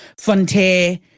Frontier